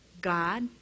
God